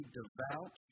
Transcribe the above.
devout